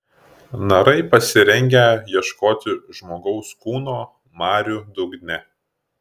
narai pasirengę ieškoti žmogaus kūno marių dugne